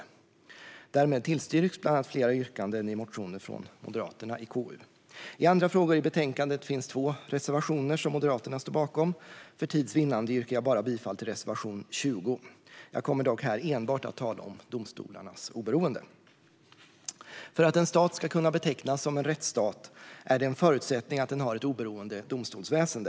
Därmed tillstyrks bland annat flera yrkanden i motioner från Moderaterna i KU. I andra frågor i betänkandet finns två reservationer som Moderaterna står bakom. För tids vinnande yrkar jag bara bifall till reservation 20. Jag kommer dock här enbart att tala om domstolarnas oberoende. För att en stat ska kunna betecknas som en rättsstat är det en förutsättning att den har ett oberoende domstolsväsen.